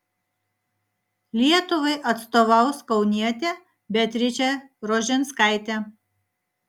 lietuvai atstovaus kaunietė beatričė rožinskaitė